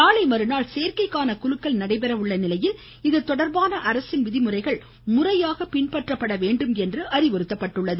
நாளைமறுநாள் சேர்க்கைக்கான குலுக்கல் நடைபெற உள்ள நிலையில் இதுதொடர்பான அரசின் விதிமுறைகள் முறையாக பின்பற்றப்பட வேண்டும் என்று அறிவுறுத்தப்பட்டுள்ளது